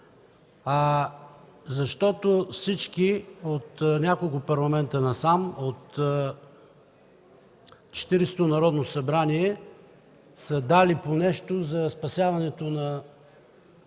тон. Всички от няколко Парламента насам, от 40-ото Народно събрание, са дали по нещо за спасяването на